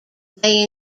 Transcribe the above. they